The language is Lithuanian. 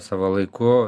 savo laiku